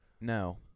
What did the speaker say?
No